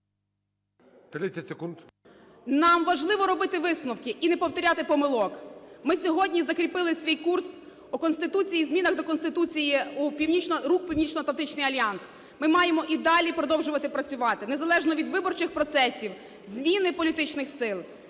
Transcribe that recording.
Нам важливо робити висновки і не повторяти помилок. Ми сьогодні закріпили свій курс у Конституції, змінах до Конституції, – рух у Північноатлантичний альянс. Ми маємо і далі продовжувати працювати, незалежно від виборчих процесів, зміни політичних сил.